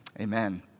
amen